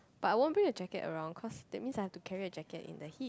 but I won't bring a jacket around because that means I have to carry a jacket in the heat